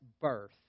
birth